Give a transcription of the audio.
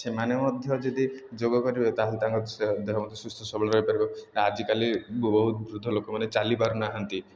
ସେମାନେ ମଧ୍ୟ ଯଦି ଯୋଗ କରିବେ ତା'ହେଲେ ତାଙ୍କ ଦେହ ମଧ୍ୟ ସୁସ୍ଥ ସବଳ ରହି ପାରିବ ଆଜିକାଲି ବହୁତ ବୃଦ୍ଧ ଲୋକମାନେ ଚାଲି ପାରୁନାହାନ୍ତି